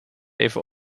even